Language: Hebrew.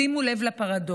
שימו לב לפרדוקס.